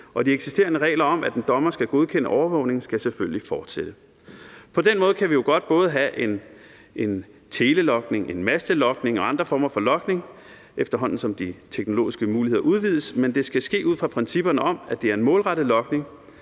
de eksisterende regler om, at en dommer skal godkende overvågningen, skal selvfølgelig fortsætte. På den måde kan vi jo godt både have en telelogning, en mastelogning og andre former for logning, efterhånden som de teknologiske muligheder udvides, men det skal ske ud fra principperne om, at det er en målrettet logning,